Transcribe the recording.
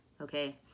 okay